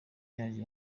yaje